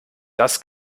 das